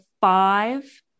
five